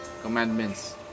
Commandments